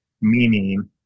Meaning